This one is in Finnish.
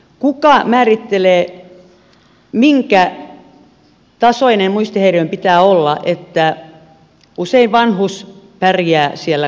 kuka määrittelee minkä tasoinen muistihäiriön pitää olla että muistihäiriöinen usein vanhus pärjää siellä kotona